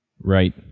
right